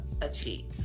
achieve